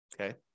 Okay